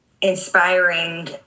inspiring